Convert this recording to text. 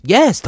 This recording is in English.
Yes